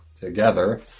together